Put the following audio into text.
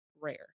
rare